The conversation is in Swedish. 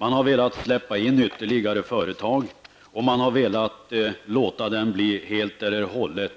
Man har velat släppa in ytterligare företag, och man har velat låta verksamheten bli helt eller